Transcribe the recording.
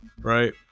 right